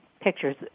pictures